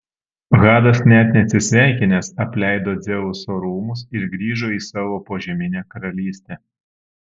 hadas net neatsisveikinęs apleido dzeuso rūmus ir grįžo į savo požeminę karalystę